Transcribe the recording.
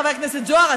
חבר הכנסת זוהר,